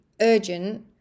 urgent